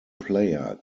player